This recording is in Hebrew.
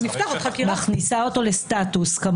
מכניסה אותו לסטטוס.